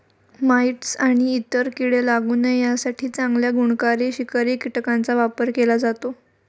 mites आणि इतर कीडे लागू नये यासाठी चांगल्या गुणकारी शिकारी कीटकांचा वापर केला जातो